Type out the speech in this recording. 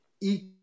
eat